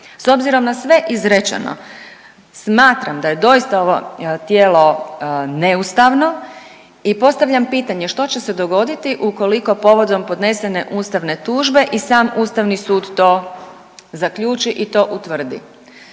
S obzirom na sve izrečeno smatram da je doista ovo tijelo neustavno i postavljam pitanje što će se dogoditi ukoliko povodom podnesene tužbe i sam Ustavni sud to zaključi i to utvrdi?